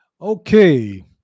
Okay